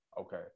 Okay